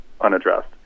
unaddressed